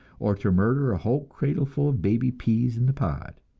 or to murder a whole cradleful of baby peas in the pod!